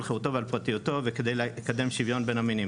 על חירותו ועל פרטיותו וכדי לקדם שוויון בין המינים.